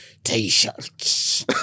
T-shirts